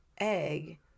egg